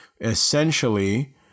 essentially